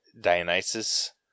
Dionysus